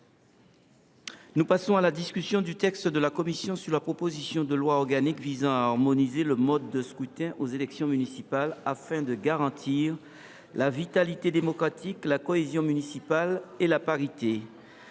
mets aux voix, dans le texte de la commission, l’ensemble de la proposition de loi organique visant à harmoniser le mode de scrutin aux élections municipales afin de garantir la vitalité démocratique, la cohésion municipale et la parité.